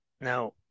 now